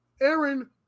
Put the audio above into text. Aaron